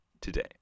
today